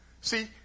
See